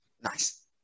Nice